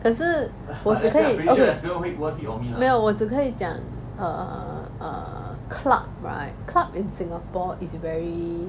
可是我 that's why okay 没有我只是 err err club ah club in singapore is very